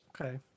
Okay